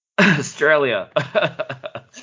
australia